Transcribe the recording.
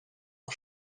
are